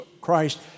Christ